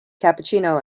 cappuccino